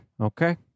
okay